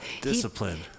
discipline